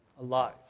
alive